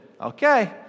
Okay